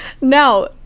Now